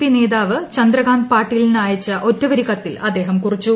P നേതാവ് ചന്ദ്രകാന്ത് പാട്ടീലിന് അയച്ച ഒറ്റവരി കത്തിൽ അദ്ദേഹം കുറിച്ചു